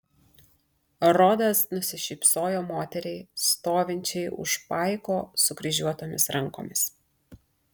rodas nusišypsojo moteriai stovinčiai už paiko sukryžiuotomis rankomis